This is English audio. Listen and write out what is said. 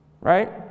Right